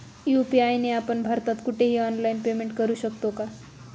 UPI ने आपण भारतात कुठेही ऑनलाईन पेमेंट करु शकतो का?